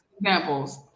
examples